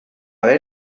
ver